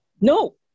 No